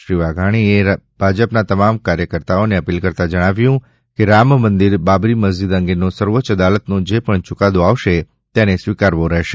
શ્રી વાઘાણીએ ભાજપના તમામ કાર્યકર્તાઓને અપીલ કરતા જણાવ્યું છે કે રામમંદિર બાબરી મસ્જિદ અંગેનો સર્વોચ્ય અદાલતનો જે પણ યુકાદો આવશે તેને સ્વીકારવો રહેશે